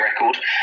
record